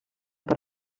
per